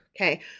Okay